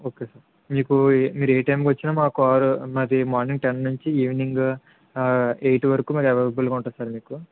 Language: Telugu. ఓకే సార్ మీకు మీరు ఏ టైంకి వచ్చిన మా కార్ మాది మార్నింగ్ టెన్ నుంచి ఈవెనింగ్ ఆ ఎయిట్ వరకు మాది అవైలబుల్గా ఉంటుంది సార్ మీకు